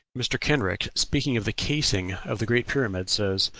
mr. kenrick, speaking of the casing of the great pyramid, says,